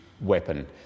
weapon